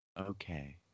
Okay